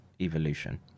evolution